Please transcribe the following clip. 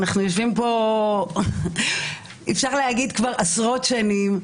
אנחנו יושבים פה אפשר להגיד כבר עשרות שנים,